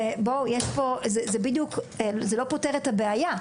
זה לא פותר את הבעיה,